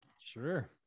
Sure